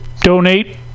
donate